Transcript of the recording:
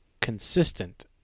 consistent